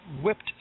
whipped